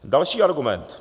Další argument.